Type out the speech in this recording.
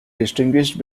distinguished